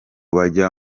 bajya